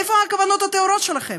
איפה הכוונות הטהורות שלכם?